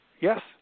Yes